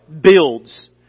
builds